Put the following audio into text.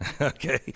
Okay